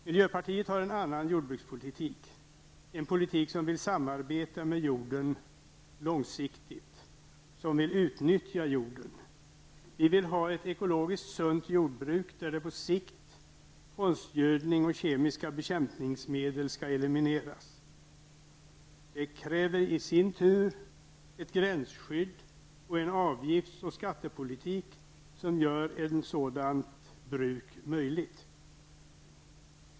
Miljöpartiet har en annan jordbrukspolitik, en politik som vill samarbeta med jorden långsiktigt, som vill utnyttja jorden. Vi vill ha ett ekologiskt sunt jordbruk där på sikt konstgödning och kemiska bekämpningsmedel skall elimineras. Det kräver i sin tur ett gränsskydd och en avgifts och skattepolitik som gör ett sådant bruk möjligt.